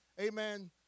amen